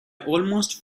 almost